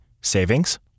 savings